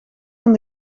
van